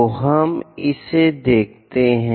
तो हम इसे देखते हैं